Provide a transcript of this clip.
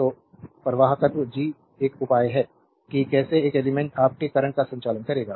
तो प्रवाहकत्त्व G एक उपाय है कि कैसे एक एलिमेंट्स आपके करंट का संचालन करेगा